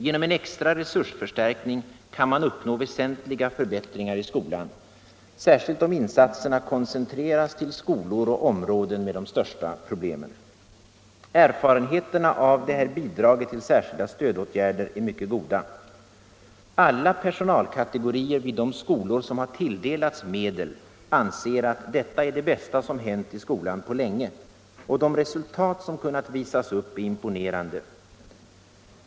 Genom en extra resursförstärkning kan man uppnå väsentliga förbättringar i skolan, särskilt om insatserna koncentreras till skolor och områden med de största problemen. Erfarenheterna av detta Bidrag till särskilda stödåtgärder är mycket goda. Alla personalkategorier vid de skolor som tilldelats medel anser att detta är det bästa som hänt i skolan på länge, och de resultat som kunnat visas upp är imponerande.